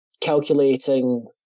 calculating